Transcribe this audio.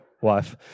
wife